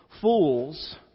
Fools